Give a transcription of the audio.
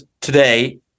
today